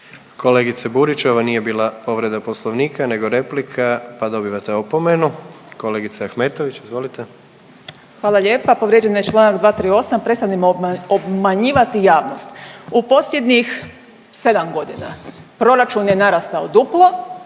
Kolegice Burić, ovo nije bila povreda Poslovnika nego replika pa dobivate opomenu. Kolegice Ahmetović, izvolite. **Ahmetović, Mirela (SDP)** Hvala lijepa. Povrijeđen je čl. 238. Prestanimo obmanjivati javnost. U posljednjih 7 godina proračun je narastao duplo,